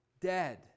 dead